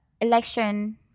election